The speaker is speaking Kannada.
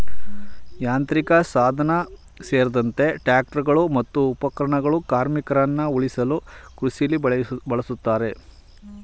ಯಾಂತ್ರಿಕಸಾಧನ ಸೇರ್ದಂತೆ ಟ್ರಾಕ್ಟರ್ಗಳು ಮತ್ತು ಉಪಕರಣಗಳು ಕಾರ್ಮಿಕರನ್ನ ಉಳಿಸಲು ಕೃಷಿಲಿ ಬಳುಸ್ತಾರೆ